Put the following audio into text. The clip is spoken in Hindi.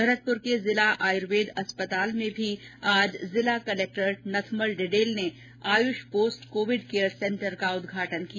भरतपुर के जिला आयुर्वेद अस्पताल में भी आज जिला कलेक्टर नथमल डिंडेल ने AYUSH post covid care centre का उद्घाटन किया